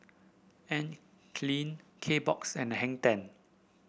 Anne Klein Kbox and Hang Ten